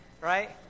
right